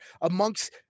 amongst